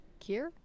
Kier